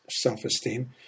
self-esteem